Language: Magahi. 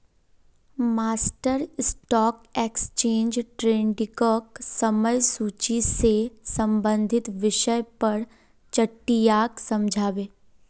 मास्टर स्टॉक एक्सचेंज ट्रेडिंगक समय सूची से संबंधित विषय पर चट्टीयाक समझा बे